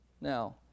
now